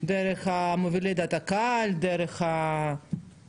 דרך מובילי דעת קהל, דרך הרבנים.